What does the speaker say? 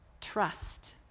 trust